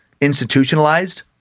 institutionalized